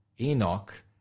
Enoch